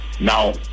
Now